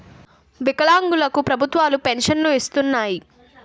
వికలాంగులు కు ప్రభుత్వాలు పెన్షన్ను ఇస్తున్నాయి